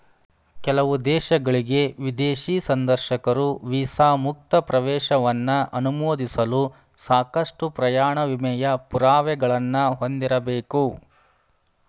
ಕೆಲವು ದೇಶಗಳ್ಗೆ ವಿದೇಶಿ ಸಂದರ್ಶಕರು ವೀಸಾ ಮುಕ್ತ ಪ್ರವೇಶವನ್ನ ಅನುಮೋದಿಸಲು ಸಾಕಷ್ಟು ಪ್ರಯಾಣ ವಿಮೆಯ ಪುರಾವೆಗಳನ್ನ ಹೊಂದಿರಬೇಕು